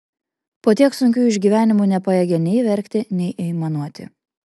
po tiek sunkių išgyvenimų nepajėgė nei verkti nei aimanuoti